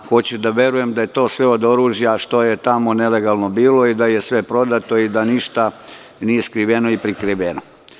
Hoću da verujem da je to sve od oružja što je tamo nelegalno bilo i da je sve prodato i da ništa nije skriveno i prikriveno.